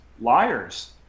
liars